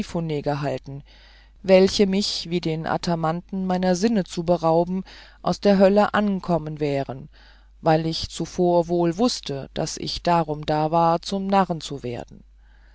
gehalten welche mich wie den athamantem meiner sinne zu berauben aus der höllen ankommen wäre weil ich zuvor wohl wußte daß ich darum da war zum narren zu werden